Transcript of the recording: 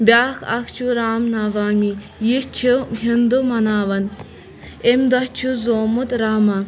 بیٛاکھ اَکھ چھُ رامنَومی یہِ چھِ ہندو مَناوان امہِ دۄہ چھُ زامُت راما